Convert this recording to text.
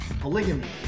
Polygamy